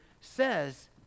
says